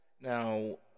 Now